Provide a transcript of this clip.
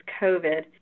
COVID